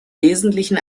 wesentlichen